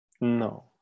no